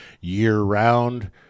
year-round